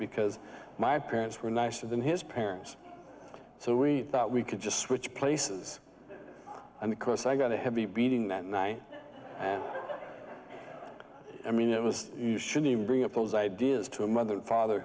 because my parents were nicer than his parents so we thought we could just switch places i mean cross i got to have a beating that night and i mean it was you should even bring up those ideas to a mother and father